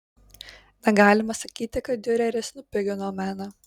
negalima sakyti kad diureris nupigino meną